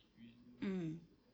mmhmm